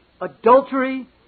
adultery